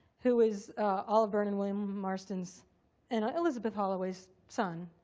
who is olive byrne and william marston's and elizabeth holloway's son,